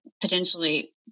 potentially